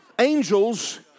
Angels